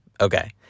okay